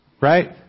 Right